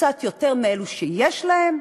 קצת יותר מאשר לאלו שיש להם.